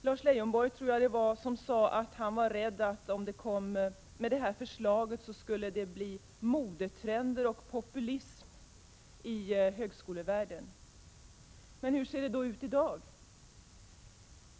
Jag tror att det var Lars Leijonborg som sade att han var rädd för att det med detta förslag skulle bli modetrender och populism i högskolevärlden. Men hur ser det då ut i dag?